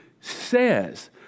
says